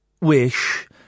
wish